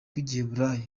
rw’igiheburayi